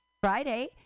Friday